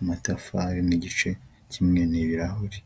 amatafari n'igice kimwe n'ibirahure.